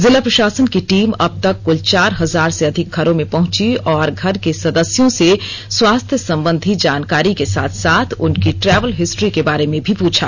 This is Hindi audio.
जिला प्रशासन की टीम अबतक कुल चार हजार से अधिक घरों में पहुंची और घर के सदस्यों से स्वास्थ्य संबंधी जानकारी के साथ साथ उनकी ट्रेवल हिस्ट्री के बारे में भी पूछा